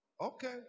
Okay